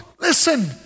listen